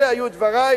אלה היו דברי,